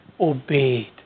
obeyed